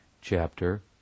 chapter